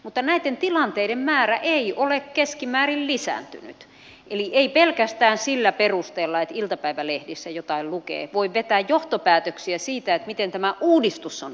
mutta näiden tilanteiden määrä ei ole keskimäärin lisääntynyt eli ei pelkästään sillä perusteella että iltapäivälehdissä jotain lukee voi vetää johtopäätöksiä siitä miten tämä uudistus on onnistunut